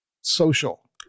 social